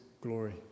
glory